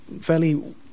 fairly